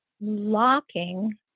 locking